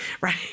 Right